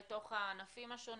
לתוך הענפים השונים,